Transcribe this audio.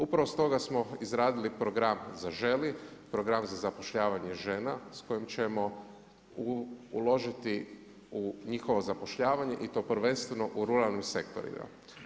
Upravo stoga smo izradili program „Zaželi„ program za zapošljavanje žena s kojim ćemo uložiti u njihovo zapošljavanje i to prvenstveno u ruralnim sektorima.